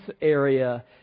area